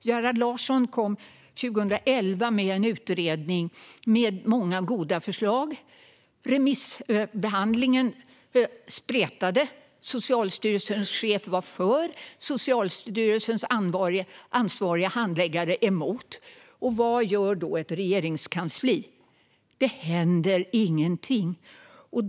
Gerhard Larsson kom 2011 med en utredning med många goda förslag. Remissbehandlingen spretade - Socialstyrelsens chef var för, men Socialstyrelsens ansvariga handläggare var emot. Vad gör då ett regeringskansli? Det händer ingenting.